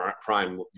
Prime